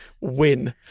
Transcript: win